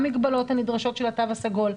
המגבלות הנדרשות של התו הסגול.